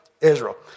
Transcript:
Israel